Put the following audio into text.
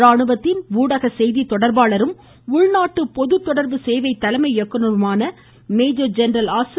ராணுவத்தின் ஊடக செய்தித் தொடர்பாளரும் உள்நாட்டு பொது கொடர்பு தலைமை இயக்குநருமான மேஜர் ஜெனரல் ஆசி